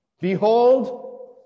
Behold